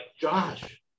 Josh